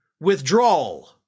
withdrawal